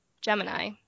gemini